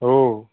हो